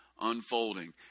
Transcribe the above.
unfolding